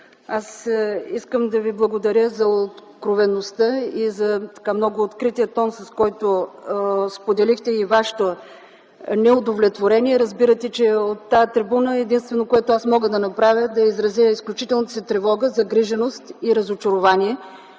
Аз искам да Ви благодаря за откровеността и за много открития тон, с който споделихте и Вашето неудовлетворение. Разбирате, че от тази трибуна единственото, което мога да направя, е да изразя изключителната си тревога, загриженост и разочарование.